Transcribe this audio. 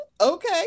Okay